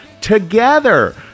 together